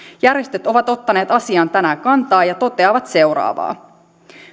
järjestöt ovat ottaneet asiaan tänään kantaa ja toteavat seuraavaa